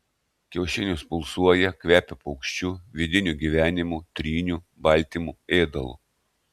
kiaušinis pulsuoja kvepia paukščiu vidiniu gyvenimu tryniu baltymu ėdalu